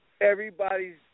Everybody's